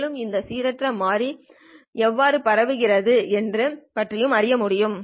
மேலும் இந்த சீரற்ற மாறி எவ்வாறு பகிரப்படுகின்றன என்பது பற்றியும் அறிய முடியும்